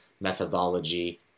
methodology